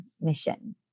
mission